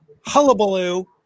hullabaloo